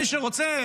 מי שרוצה,